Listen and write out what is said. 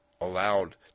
allowed